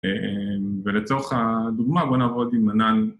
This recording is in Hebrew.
ולצורך הדוגמה בוא נעבוד עם ענן